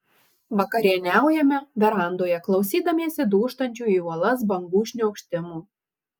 vakarieniaujame verandoje klausydamiesi dūžtančių į uolas bangų šniokštimo